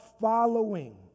following